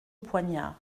poignard